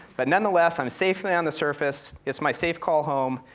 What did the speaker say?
but nonetheless, i'm safely on the surface, it's my safe call home,